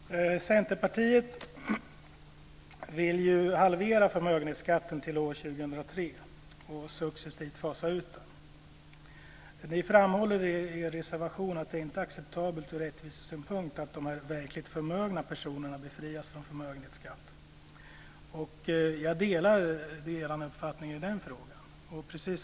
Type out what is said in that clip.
Herr talman! Centerpartiet vill ju halvera förmögenhetsskatten till år 2003 och successivt fasa ut den. Ni framhåller i er reservation att det inte är acceptabelt ur rättvisesynpunkt att de verkligt förmögna personerna befrias från förmögenhetsskatt. Jag delar er uppfattning i den frågan.